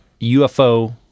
UFO